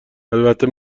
البته